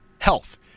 health